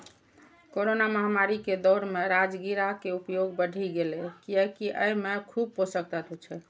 corona महामारी के दौर मे राजगिरा के उपयोग बढ़ि गैले, कियैकि अय मे खूब पोषक तत्व छै